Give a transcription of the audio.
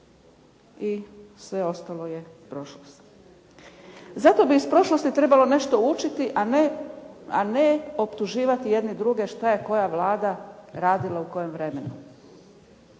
i sve ostalo je prošlost. Zato bi iz prošlosti trebalo nešto učiti a ne optuživati jedni druge šta je koja Vlada radila u kojem vremenu.